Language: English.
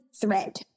thread